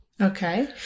Okay